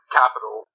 capital